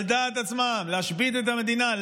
על דעתם עצמם, להשבית את המדינה.